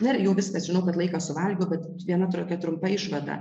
na ir jau viskas žinau kad laiką suvalgiau bet viena tokia trumpa išvada